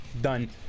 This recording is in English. done